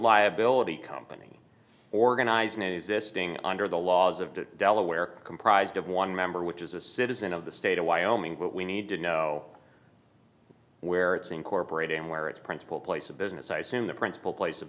liability company organize an existing under the laws of the delaware comprised of one member which is a citizen of the state of wyoming but we need to know where it seemed corporate and where its principal place of business i assume the principal place of